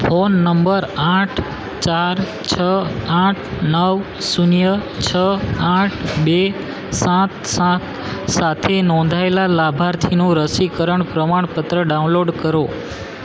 phone number આઠ ચાર છ આઠ નવ શૂન્ય છ આઠ બે સાત સાત સાથે નોંધાયેલા લાભાર્થીનું રસીકરણ પ્રમાણપત્ર ડાઉનલોડ કરો